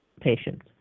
patients